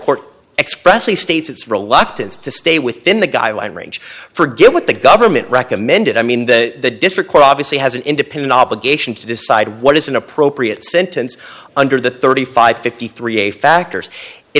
court expressly states it's reluctance to stay within the guidelines range for get what the government recommended i mean the district court obviously has an independent obligation to decide what is an appropriate sentence under the thirty five fifty three a factors